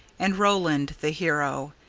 and roland, the hero,